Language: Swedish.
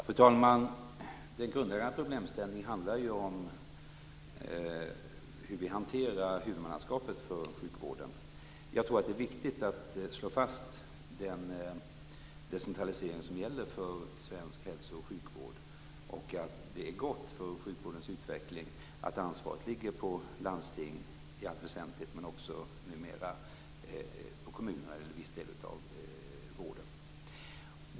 Fru talman! Den grundläggande problemställningen handlar ju om hur vi hanterar huvudmannaskapet för sjukvården. Jag tror att det är viktigt att slå fast den decentralisering som gäller för svensk hälsooch sjukvård. Det är gott för sjukvårdens utveckling att ansvaret i allt väsentligt ligger på landstingen, men också numera på kommunerna när det gäller en viss del av vården.